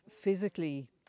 physically